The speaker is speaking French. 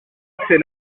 assez